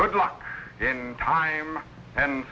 good luck in time and